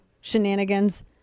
shenanigans